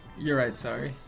you're right, sorry.